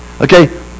okay